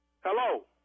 Hello